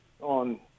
on